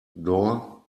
door